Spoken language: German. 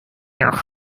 noch